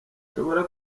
nshobora